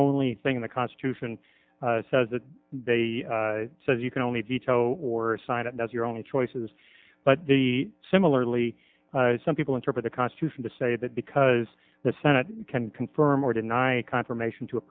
only thing the constitution says that they says you can only veto or sign it does your only choices but the similarly some people interpret the constitution to say that because the senate can confirm or deny a confirmation to a